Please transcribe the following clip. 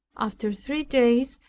after three days,